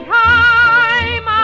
time